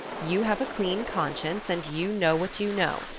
you have a clean conscience, and you know what you know.